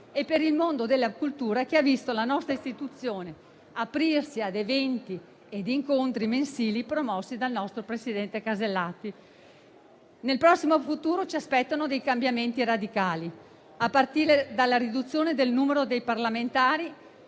e per il mondo della cultura, che ha visto la nostra istituzione aprirsi ad eventi e incontri mensili promossi dal nostro presidente Alberti Casellati. Nel prossimo futuro ci aspettano dei cambiamenti radicali, a partire dalla riduzione del numero dei parlamentari